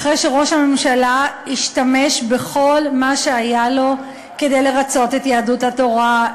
אחרי שראש הממשלה השתמש בכל מה שהיה לו כדי לרצות את יהדות התורה,